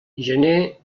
gener